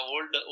Old